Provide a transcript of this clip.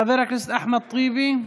חבר הכנסת אחמד טיבי,